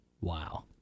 Wow